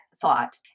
thought